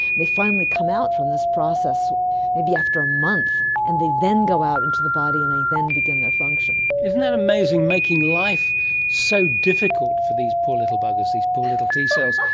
they finally come out from this process maybe after a month, and they then go out into the body and they then begin their function. isn't that amazing, making life so difficult to these poor little buggers, these poor little t cells.